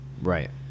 Right